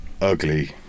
Ugly